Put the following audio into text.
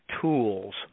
tools